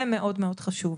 זה מאוד מאוד חשוב.